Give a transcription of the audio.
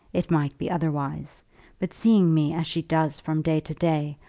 it might be otherwise but seeing me as she does from day to day,